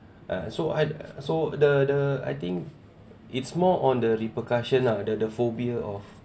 uh so I so the the I think it's more on the repercussion ah the the phobia of